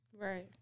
Right